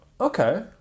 okay